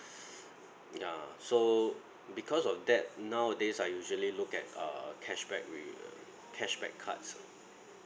ya so because of that nowadays I usually look at err cashback wi~ cashback cards